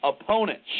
opponents